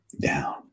down